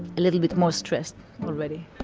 a little bit more stressed already.